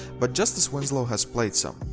but justise winslow has played some,